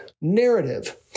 narrative